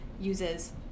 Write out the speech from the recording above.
uses